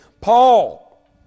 Paul